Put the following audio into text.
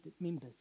members